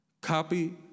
Copy